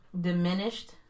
diminished